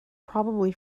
probably